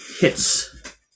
hits